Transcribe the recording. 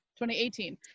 2018